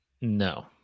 no